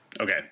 Okay